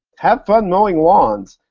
have fun mowing lawns!